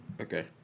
Okay